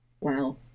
Wow